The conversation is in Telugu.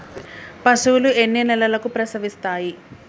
పశువులు ఎన్ని నెలలకు ప్రసవిస్తాయి?